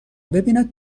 ببیند